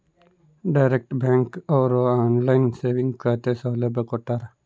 direct bank ಅವ್ರು online saving ಖಾತೆ ಸೌಲಭ್ಯ ಕೊಟ್ಟಾರ